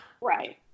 right